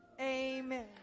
amen